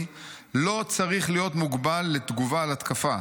לא צריך להיות מוגבל לתגובה על התקפה,